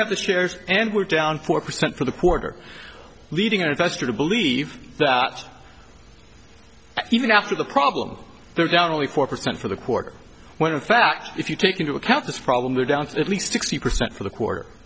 have the shares and we're down four percent for the quarter leading an investor to believe that even after the problem they're down only four percent for the quarter when in fact if you take into account this problem we're down to at least sixty percent for the